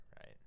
right